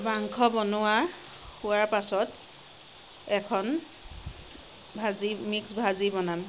মাংস বনোৱা হোৱাৰ পাছত এখন ভাজি মিক্স ভাজি বনাম